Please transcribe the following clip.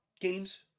games